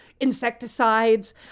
insecticides